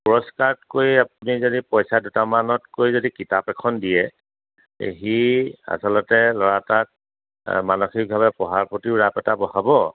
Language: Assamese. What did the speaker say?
পুৰস্কাৰতকৈ আপুনি যদি পইচা দুটামানতকৈ যদি কিতাপ এখন দিয়ে সি আচলতে ল'ৰা এটাক মানসিকভাৱে পঢ়াৰ প্ৰতিও ৰাপ এটা বঢ়াব